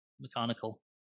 mechanical